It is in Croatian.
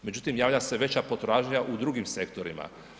Međutim, javlja se veća potražnja u drugim sektorima.